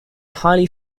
highly